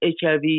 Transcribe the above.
HIV